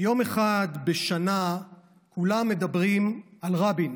יום אחד בשנה כולם מדברים על רבין,